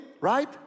right